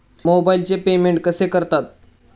मोबाइलचे पेमेंट कसे करतात?